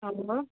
સારું હં